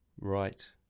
right